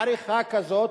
עריכה כזאת.